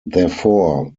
therefore